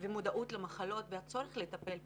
ומודעות למחלות והצורך לטפל בהן,